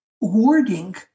wording